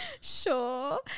sure